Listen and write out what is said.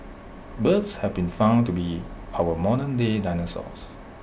birds have been found to be our modernday dinosaurs